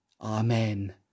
Amen